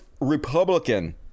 Republican